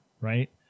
right